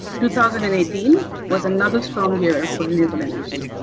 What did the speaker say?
two thousand and eighteen was another strong year for renewable energy.